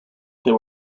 there